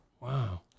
Wow